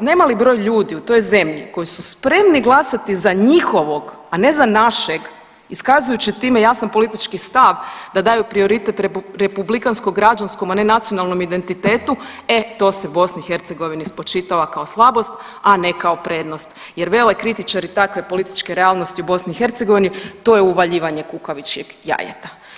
nemali broj ljudi u toj zemlji koji su spremni glasati za njihovog, a ne za našeg iskazujući time jasan politički stav da daju prioritet republikansko-građanskom, a ne nacionalnom identitetu, e to se BiH spočitava kao slabost, a ne kao prednost jer vele kritičari takve politike realnosti u BiH to je uvaljivanje kukavičjeg jajeta.